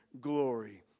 glory